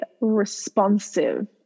responsive